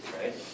Right